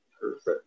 Perfect